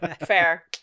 Fair